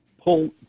pull